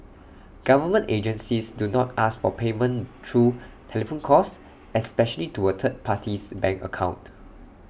government agencies do not ask for payment through telephone calls especially to A third party's bank account